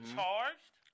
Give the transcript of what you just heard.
charged